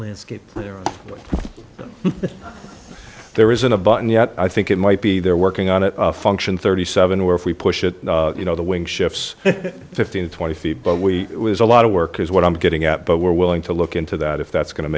landscape player there isn't a button yet i think it might be they're working on it function thirty seven or if we push it you know the wind shifts fifteen twenty feet but we was a lot of work is what i'm getting at but we're willing to look into that if that's go